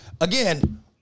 again